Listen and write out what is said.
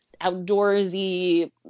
outdoorsy